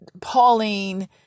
Pauline